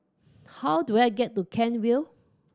how do I get to Kent Vale